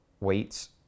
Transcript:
Weights